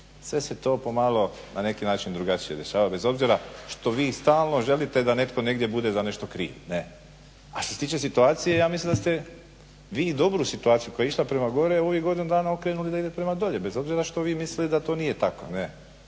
sve se to pomalo na neki način drugačije rješava, bez obzira što vi stalno želite da netko negdje bude za nešto kriv, a što se tiče situacije ja mislim da ste vi dobru situaciju koja je išla prema gore u ovih godinu dana okrenuli da ide prema dolje, bez obzira što vi mislili da to nije tako.